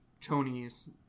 tony's